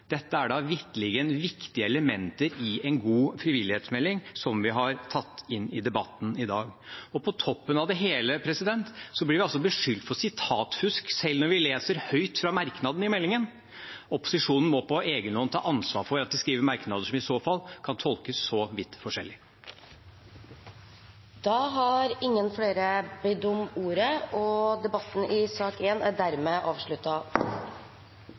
Dette er da vitterlig viktige elementer i en god frivillighetsmelding som vi har tatt inn i debatten i dag. På toppen av det hele blir vi beskyldt for sitatfusk selv når vi leser høyt fra merknadene i meldingen. Opposisjonen må på egen hånd ta ansvar for at de skriver merknader som kan tolkes så vidt forskjellig. Flere har ikke bedt om ordet i sak